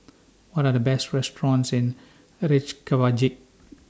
What Are The Best restaurants in Reykjavik